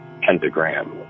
pentagram